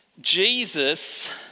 Jesus